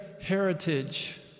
heritage